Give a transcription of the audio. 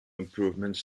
improvements